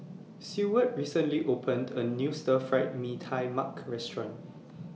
Seward recently opened A New Stir Fried Mee Tai Mak Restaurant